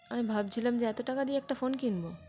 আমি ভাবছিলাম যে এত টাকা দিয়ে একটা ফোন কিনব